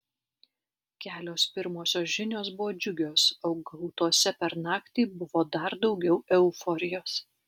kelios pirmosios žinios buvo džiugios o gautose per naktį buvo dar daugiau euforijos